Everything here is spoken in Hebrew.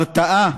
הרתעה,